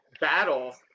battle